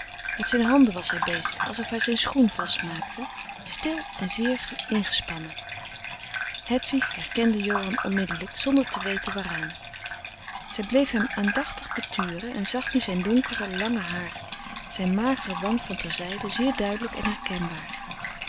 met zijn handen was hij bezig alsof hij zijn schoen vast maakte stil en zeer ingespannen hedwig herkende johan onmiddelijk zonder te weten waaraan zij bleef hem aandachtig beturen frederik van eeden van de koele meren des doods en zag nu zijn donkere lange haar zijn magere wang van terzijde zeer duidelijk en herkenbaar